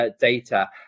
data